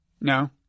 No